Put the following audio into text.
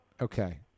Okay